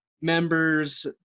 members